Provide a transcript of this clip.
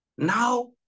Now